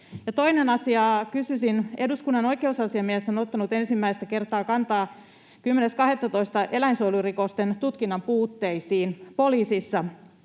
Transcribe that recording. Toinen asia, josta kysyisin: Eduskunnan oikeusasiamies on ottanut ensimmäistä kertaa kantaa 10.12. eläinsuojelurikosten tutkinnan puutteisiin poliisissa.